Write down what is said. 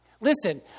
Listen